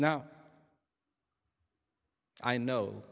now i know